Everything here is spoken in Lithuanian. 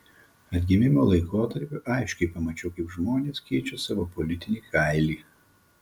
atgimimo laikotarpiu aiškiai pamačiau kaip žmonės keičia savo politinį kailį